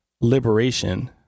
liberation